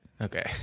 Okay